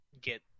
get